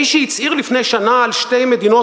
האיש שהצהיר לפני שנה על שתי מדינות